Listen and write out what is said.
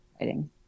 writing